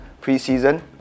pre-season